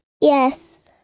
Yes